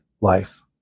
life